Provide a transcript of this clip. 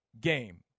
game